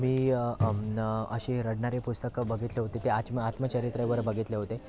मी अशी रडनारे पुस्तकं बघितले होते ते आच्म आत्मचरित्रवर बघितले होते